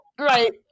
Right